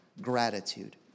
gratitude